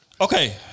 Okay